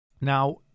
now